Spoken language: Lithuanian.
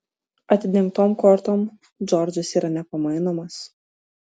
atidengtom kortom džordžas yra nepamainomas